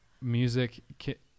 music